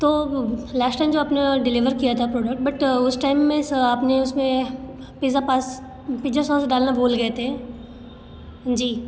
तो last time जो आपने डेलीवर किया था ऑर्डर बट उस टाइम में आपने उसमें पिज़्जा पा पिज़्जा सौस डालना भूल गए थे जी